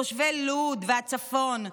תושבי לוד והצפון?